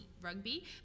rugby